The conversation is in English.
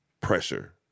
pressure